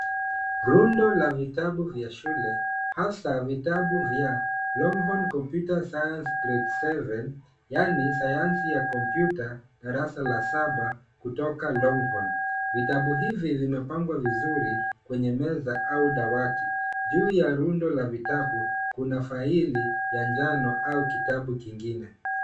Rundo la vitabu vya shule hasa vya Longhorn computer Science grade seven yaani Sayansi ya Kompyuta darasa la saba kutoka Longhorn . Vitabu hivi vimepangwa vizuri kwenye meza au dawati. Juu ya rundo la vitabu kuna faili ya njano au kitabu kingine.